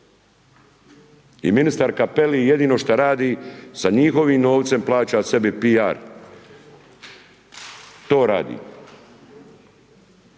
I ministar Capelli jedino šta radi sa njihovim novcem plaća sebi PR. To radi.